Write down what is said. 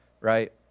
Right